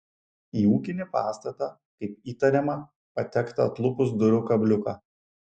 į ūkinį pastatą kaip įtariama patekta atlupus durų kabliuką